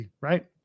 right